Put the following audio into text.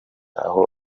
aho